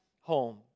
home